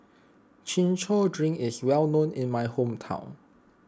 Chin Chow Drink is well known in my hometown